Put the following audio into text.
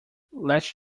lets